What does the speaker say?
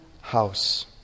house